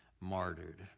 martyred